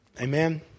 Amen